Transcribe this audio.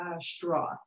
straw